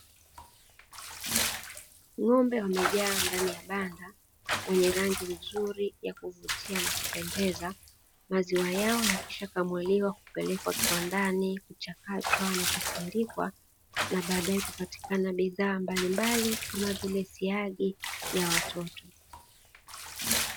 Ng'ombe wamejaa ndani ya banda wenye rangi nzuri ya kuvutia na kupendeza, maziwa yao yakisha kamuliwa kupelekwa kiwandani, kuchakatwa na kusindikwa na badae kupatikana bidhaa mbalimbali kama vile siagi ya watoto.